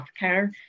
healthcare